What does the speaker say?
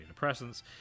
antidepressants